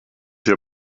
wir